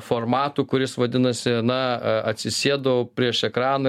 formatu kuris vadinasi na atsisėdau prieš ekraną